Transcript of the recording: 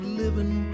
living